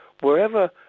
wherever